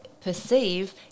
perceive